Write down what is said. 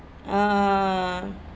uh